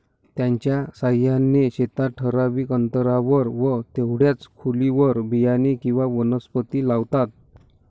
त्याच्या साहाय्याने शेतात ठराविक अंतरावर व तेवढ्याच खोलीवर बियाणे किंवा वनस्पती लावतात